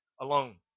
alone